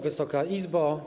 Wysoka Izbo!